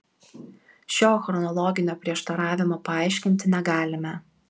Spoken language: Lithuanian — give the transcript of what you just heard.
šio chronologinio prieštaravimo paaiškinti negalime